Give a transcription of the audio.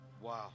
Wow